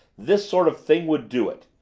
this sort of thing would do it!